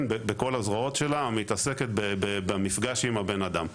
בכל הזרועות שלה מתעסקת במפגש עם הבן-אדם.